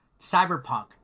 cyberpunk